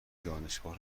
دانشگاه